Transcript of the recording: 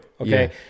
Okay